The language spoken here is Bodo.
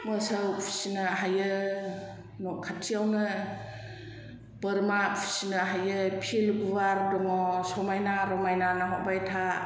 मोसौ फिनो हायो न' खाथियावनो बोरमा फिनो हायो फिल्ड गुवार दङ समायना रमायना नाहरबाय था